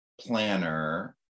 planner